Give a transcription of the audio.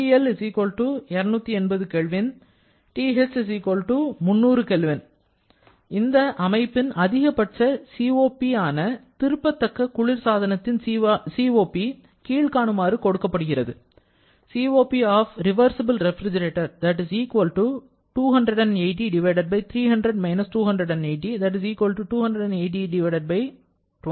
TL 280 K TH 300 K இந்த அமைப்பின் அதிகபட்ச COP ஆன திருப்பத்தக்க குளிர் சாதனத்தின் COP கீழ்காணுமாறு கொடுக்கப்படுகிறது